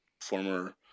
former